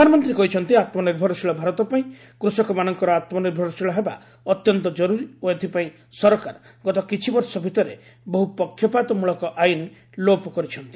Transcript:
ପ୍ରଧାନମନ୍ତ୍ରୀ କହିଛନ୍ତି ଆତ୍ମନିର୍ଭରଶୀଳ ଭାରତ ପାଇଁ କୃଷକମାନଙ୍କର ଆତ୍ମନିର୍ଭରଶୀଳ ହେବା ଅତ୍ୟନ୍ତ ଜରୁରୀ ଓ ଏଥିପାଇଁ ସରକାର ଗତ କିଛି ବର୍ଷ ଭିତରେ ବହୁ ପକ୍ଷପାତମୂଳକ ଆଇନ ଲୋପ କରିଛନ୍ତି